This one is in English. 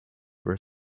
were